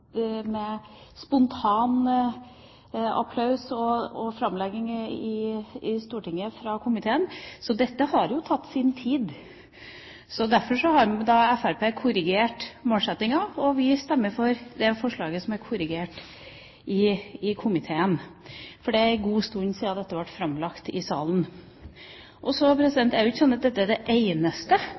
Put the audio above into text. spontan applaus og framlegging i Stortinget fra komiteen. Så dette har jo tatt sin tid. Fremskrittspartiet har korrigert målsettinga, og vi stemmer for det forslaget som er korrigert i komiteen. Det er en god stund siden dette ble framlagt i salen. Det er ikke sånn at dette er det eneste